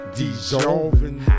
dissolving